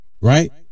Right